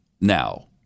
now